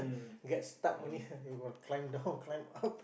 get stuck only you will climb down climb up